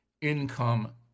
income